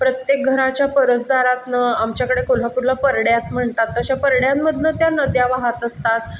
प्रत्येक घराच्या परसदारातून आमच्याकडे कोल्हापूरला परड्यात म्हणतात तशा परड्यांमधून त्या नद्या वाहत असतात